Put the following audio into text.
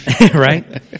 Right